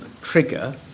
trigger